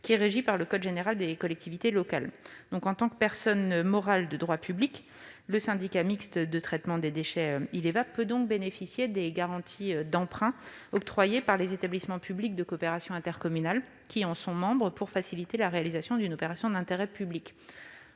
public régi par le code général des collectivités locales. En tant que personne morale de droit public, le syndicat mixte de traitement des déchets Ileva peut bénéficier des garanties d'emprunt octroyées par les établissements publics de coopération intercommunale qui en sont membres pour faciliter la réalisation d'une opération d'intérêt public.